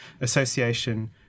association